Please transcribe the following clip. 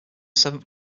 seventh